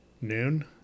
noon